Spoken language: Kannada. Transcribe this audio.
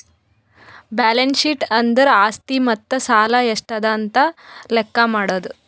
ಬ್ಯಾಲೆನ್ಸ್ ಶೀಟ್ ಅಂದುರ್ ಆಸ್ತಿ ಮತ್ತ ಸಾಲ ಎಷ್ಟ ಅದಾ ಅಂತ್ ಲೆಕ್ಕಾ ಮಾಡದು